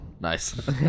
nice